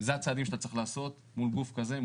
אלו הצעדים שאתה צריך לעשות מול גוף כזה או